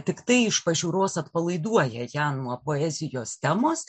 tiktai iš pažiūros atpalaiduoja ją nuo poezijos temos